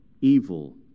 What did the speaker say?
evil